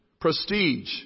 prestige